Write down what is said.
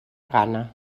gana